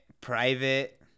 private